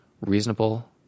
reasonable